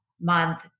month